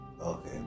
Okay